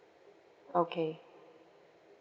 okay